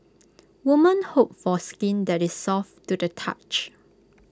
women hope for skin that is soft to the touch